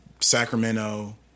Sacramento –